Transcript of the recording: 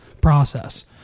process